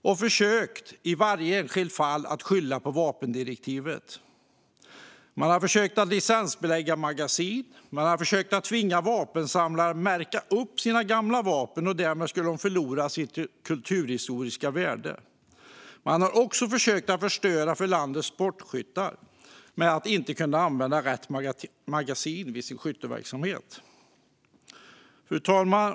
I varje enskilt fall har man försökt att skylla på vapendirektivet. Man har försökt att licensbelägga magasin. Man har försökt att tvinga vapensamlare att märka upp sina gamla vapen; därmed skulle de förlora sitt kulturhistoriska värde. Man har också försökt att förstöra för landets sportskyttar så att de inte kan använda rätt magasin vid sin skytteverksamhet.